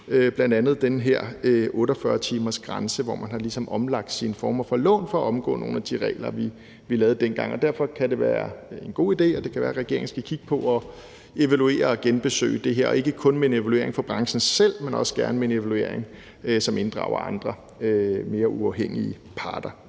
lavede, bl.a. den her 48-timersgrænse, hvor man ligesom har omlagt sine lån for at omgå nogle af de regler, vi lavede dengang. Derfor kan det være en god idé, at regeringen kigger på at evaluere og genbesøge det her og ikke kun med en evaluering fra branchen selv, men også gerne med en evaluering, som inddrager andre mere uafhængige parter.